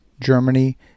Germany